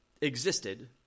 existed